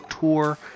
tour